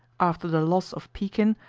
after the loss of pekin,